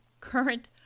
current